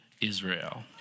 Israel